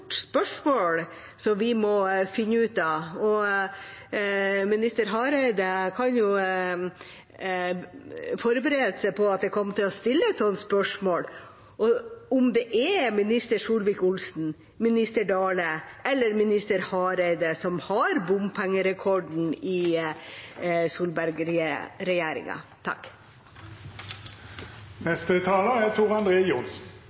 spørsmål vi må finne ut av, og minister Hareide kan forberede seg på at jeg kommer til å stille et spørsmål om hvorvidt det er minister Solvik-Olsen, minister Dale eller minister Hareide som har bompengerekorden i Solberg-regjeringa. Representanten Tor André Johnsen